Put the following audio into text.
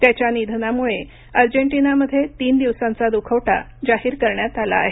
त्याच्या निधनामुळे अर्जेटिनामध्ये तीन दिवसांचा दुखवटा जाहीर करण्यात आला आहे